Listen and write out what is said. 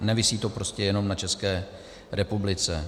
Nevisí to prostě jenom na České republice.